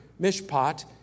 Mishpat